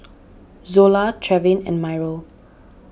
Zola Trevin and Myrl